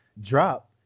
drop